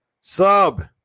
sub